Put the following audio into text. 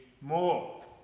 more